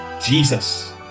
Jesus